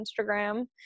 Instagram